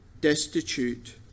destitute